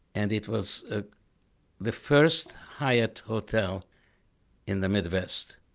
and it was ah the first hyatt hotel in the midwest.